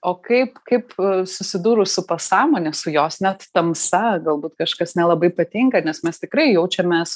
o kaip kaip susidūrus su pasąmone su jos net tamsa galbūt kažkas nelabai patinka nes mes tikrai jaučiamės